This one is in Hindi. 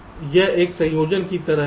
तो यह एक संयोजन की तरह है